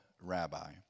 rabbi